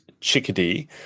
Chickadee